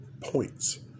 points